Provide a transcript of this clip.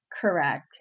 Correct